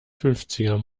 fünfziger